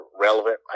relevant